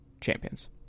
champions